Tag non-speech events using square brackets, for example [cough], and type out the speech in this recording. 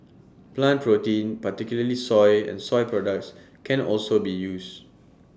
[noise] plant protein particularly soy and soy products can also be used